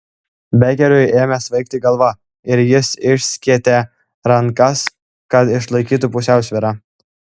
bekeriui ėmė svaigti galva ir jis išskėtė rankas kad išlaikytų pusiausvyrą